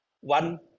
one